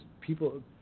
people